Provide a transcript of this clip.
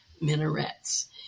minarets